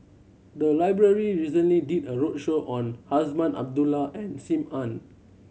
the library recently did a roadshow on Azman Abdullah and Sim Ann